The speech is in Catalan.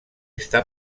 està